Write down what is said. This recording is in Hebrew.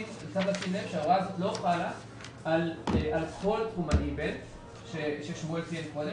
צריך לשים לב שההוראה לא חלה על כל תחום ה-D-Bald ששמואל ציין קודם.